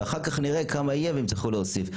ואחר כך נראה כמה יהיה ואם תצטרכו להוסיף.